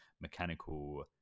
mechanical